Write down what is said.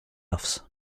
offs